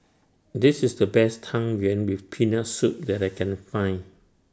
This IS The Best Tang Yuen with Peanut Soup that I Can Find